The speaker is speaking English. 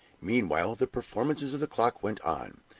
meanwhile, the performances of the clock went on.